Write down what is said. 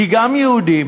כי גם יהודים